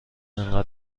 اینقدر